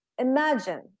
Imagine